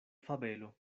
fabelo